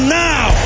now